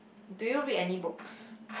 do you read any books